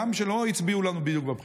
גם מי שלא בדיוק הצביעו לנו בבחירות,